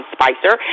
Spicer